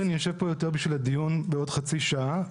שאני יושב פה יותר בשביל הדיון בעוד חצי שעה,